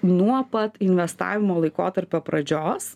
nuo pat investavimo laikotarpio pradžios